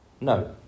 No